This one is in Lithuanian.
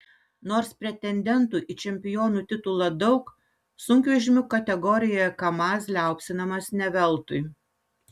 nors pretendentų į čempionų titulą daug sunkvežimių kategorijoje kamaz liaupsinamas ne veltui